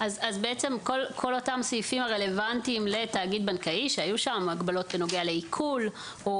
כל אותם סעיפים הרלוונטיים לתאגיד בנקאי שהיו שם הגבלות בנוגע לעיקול או